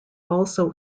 also